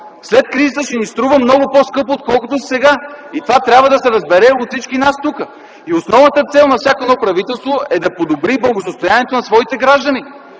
след кризата ще ни струва много по-скъпо, отколкото сега. Това трябва да се разбере от всички нас тук. Основната цел на всяко правителство е да подобри благосъстоянието на своите граждани.